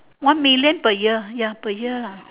one million per year ya per year ah